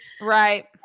Right